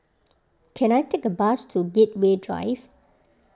can I take a bus to Gateway Drive